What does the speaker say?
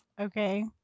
Okay